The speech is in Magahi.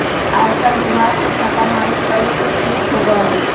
आयकर विभाग के छापेमारी करे के छूट होबा हई